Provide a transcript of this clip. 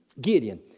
Gideon